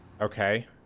Okay